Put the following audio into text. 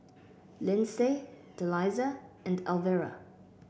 Lindsay Delisa and Elvira